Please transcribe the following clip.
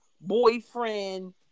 boyfriend